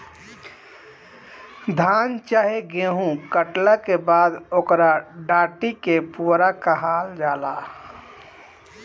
धान चाहे गेहू काटला के बाद ओकरा डाटी के पुआरा कहल जाला